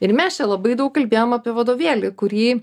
ir mes čia labai daug kalbėjom apie vadovėlį kurį